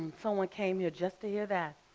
someone came here just to hear that.